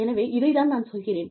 எனவே இதைத் தான் நான் சொல்கிறேன்